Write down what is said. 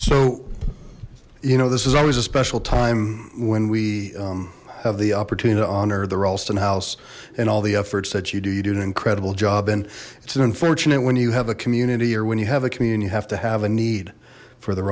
so you know this is always a special time when we have the opportunity to honor the ralston house and all the efforts that you do you do an incredible job and it's an unfortunate when you have a community or when you have a community you have to have a need for the